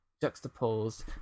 juxtaposed